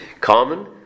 common